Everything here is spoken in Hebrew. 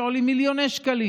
שעולים מיליוני שקלים,